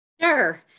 Sure